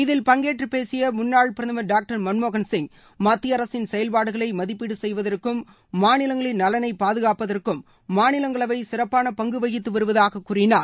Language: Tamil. இதில் பங்கேற்று பேசிய முன்னாள் பிரதமர் டாக்டர் மன்மோகன்சிங் மத்திய அரசின் செயல்பாடுகளை மதிப்பீடு செய்வதற்கும் மாநிலங்களின் நலனை பாதுகாப்பதற்கும் மாநிலங்களவை சிறப்பான பங்கு வகித்து வருவதாகக் கூறினார்